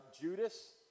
Judas